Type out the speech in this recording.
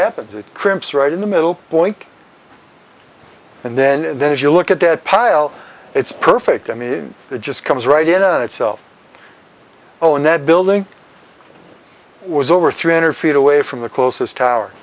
happens it crimps right in the middle point and then as you look at that pile it's perfect i mean it just comes right in a itself oh and that building was over three hundred feet away from the closest tower